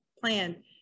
plan